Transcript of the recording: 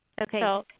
Okay